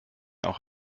auch